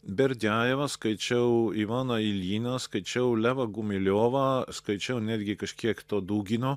berdiajevą skaičiau ivaną iljiną skaičiau levą gumiliovą skaičiau netgi kažkiek todugino